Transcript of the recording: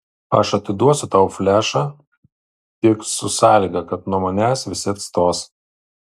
aš atiduosiu tau flešą tik su sąlyga kad nuo manęs visi atstos